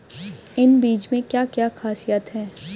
इन बीज में क्या क्या ख़ासियत है?